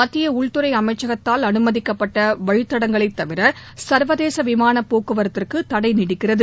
மத்திய உள்துறை அமைச்சகத்தால் அனுமதிக்கப்பட்ட வழித்தடங்களைத் தவிர சர்வதேச விமானப் போக்குவரத்துக்கு தடை நீடிக்கிறது